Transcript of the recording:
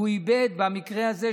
והוא איבד במקרה הזה,